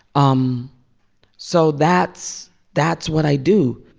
um so that's that's what i do.